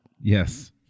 Yes